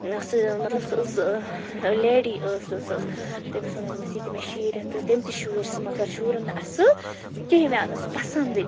ٲں سُہ مطلب سۄ ٲس ٲں ٲں لیڈی ٲس سۄ سۄ ٲس تٔمِس ووٚن مےٚ دوٚپمَس یہِ دِ مےٚ شیٖرِتھ تہٕ تٔمۍ تہِ شیٛوٗر سُہ مگر شوٗرُن نہٕ اصٕل کِہیٖنۍ مےٚ آو نہٕ سُہ پَسنٛدٕے